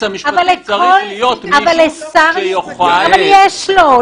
המשפטי צריך להיות מישהו שיוכל --- אבל יש לו.